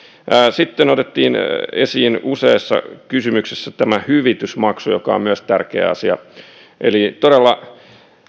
sitten otettiin esiin useissa kysymyksissä tämä hyvitysmaksu joka on myös tärkeä asia eli todella